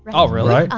but alright. um